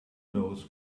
knows